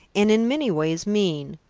and in many ways mean.